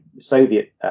Soviet